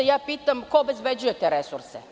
Ja pitam – ko obezbeđuje te resurse?